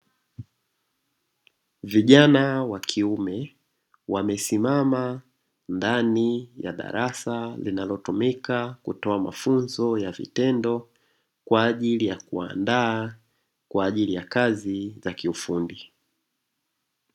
Vijana wa kiume wamesimama ndani ya darasa linalotumika kutoa mafunzo ya vitendo kwa ajili ya kuwaandaa kwa ajili ya kazi za kiufundi.